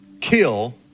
kill